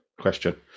question